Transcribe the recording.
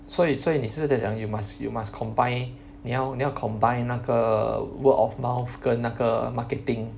所以所以你是在讲 you must you must combine 你要你要 combine 那个 err word of mouth 跟那个 marketing